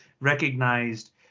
recognized